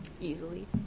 Easily